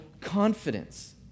confidence